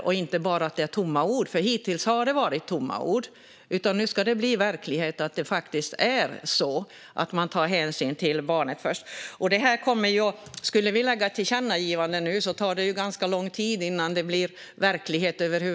Hittills har det mest varit tomma ord, men nu ska hänsyn till barnets bästa bli verklighet. Gör vi ett tillkännagivande nu tar det ganska lång tid innan detta blir verklighet.